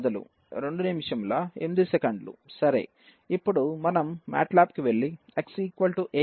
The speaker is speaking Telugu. సరే ఇప్పుడు మనం మ్యాట్లాబ్ కి వెళ్ళి xa వద్ద f " ని కనుగొందాం